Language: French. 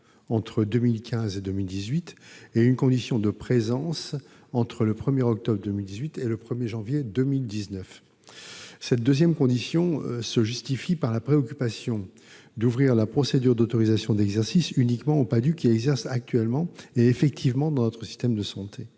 entre 2015 et 2018, et une condition de présence, entre le 1 octobre 2018 et le 1 janvier 2019. Cette seconde condition se justifie par la préoccupation d'ouvrir la procédure d'autorisation d'exercice uniquement aux Padhue qui exercent actuellement et effectivement dans notre système de santé.